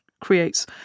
creates